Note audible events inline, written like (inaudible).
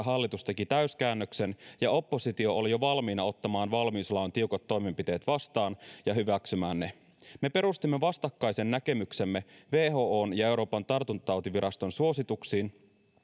(unintelligible) hallitus teki täyskäännöksen ja oppositio oli jo valmiina ottamaan valmiuslain tiukat toimenpiteet vastaan ja hyväksymään ne me perustimme vastakkaisen näkemyksemme whon ja euroopan tartuntatautiviraston suosituksiin